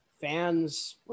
fans